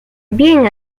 bien